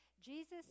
Jesus